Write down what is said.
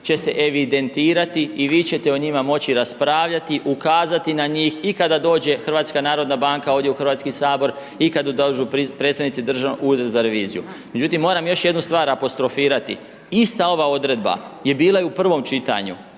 će se evidentirati i vi ćete o njima moći raspravljati, ukazati na njih i kada dođe HNB ovdje u Hrvatski sabor i kada dođu predstavnici Državnog ureda za reviziju. Međutim, moram još jednu stvar apostrofirati, ista ova odredba je bila i u prvom čitanju,